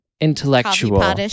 intellectual